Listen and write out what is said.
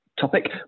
topic